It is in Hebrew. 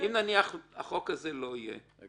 אם נניח החוק הזה לא יהיה, הם